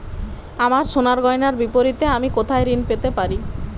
আমার সোনার গয়নার বিপরীতে আমি কোথায় ঋণ পেতে পারি?